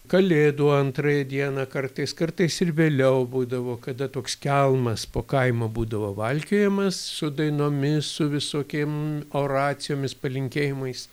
kalėdų antrąją dieną kartais kartais ir vėliau būdavo kada toks kelmas po kaimą būdavo valkiojamas su dainomis su visokiem oracijomis palinkėjimais